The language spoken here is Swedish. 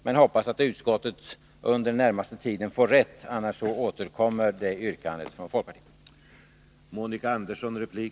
Men jag hoppas att utskottet under den närmaste tiden får rätt — annars återkommer detta yrkande från folkpartiet.